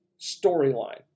storyline